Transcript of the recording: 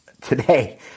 today